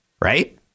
Right